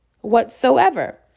whatsoever